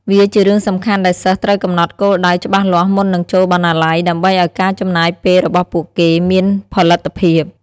វាជារឿងសំខាន់ដែលសិស្សត្រូវកំណត់គោលដៅច្បាស់លាស់មុននឹងចូលបណ្ណាល័យ ដើម្បីឲ្យការចំណាយពេលរបស់ពួកគេមានផលិតភាព។